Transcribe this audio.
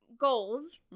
goals